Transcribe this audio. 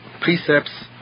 precepts